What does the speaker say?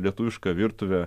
lietuviška virtuve